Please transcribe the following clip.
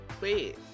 Wait